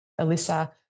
Alyssa